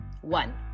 One